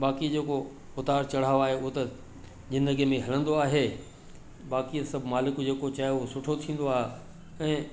बाक़ी जेको उतार चढ़ाव आहे उहो त ज़िंदगीअ में हलंदो आहे बाक़ी सभु मालिक जेको चाहे उहो सुठो थींदो आहे ऐं